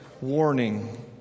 warning